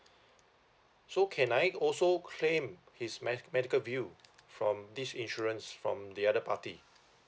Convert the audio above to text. so can I also claim his me~ medical bill from this insurance from the other party